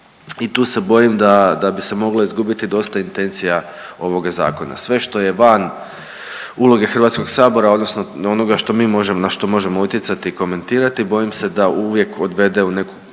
i tu se bojim da bi se moglo izgubiti dosta intencija ovoga zakona. Sve što je van uloge Hrvatskog sabora, odnosno onoga na što možemo utjecati i komentirati bojim se da uvijek odvede u neku